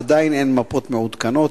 עדיין אין מפות מעודכנות,